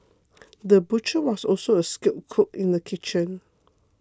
the butcher was also a skilled cook in the kitchen